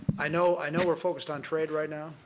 i know i know we're focused on trade right now,